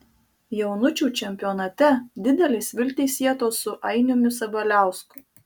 jaunučių čempionate didelės viltys sietos su ainiumi sabaliausku